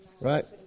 Right